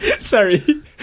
Sorry